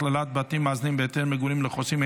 הכללת בתים מאזנים בהיתר מגורים לחוסים),